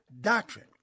Doctrine